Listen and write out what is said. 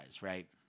right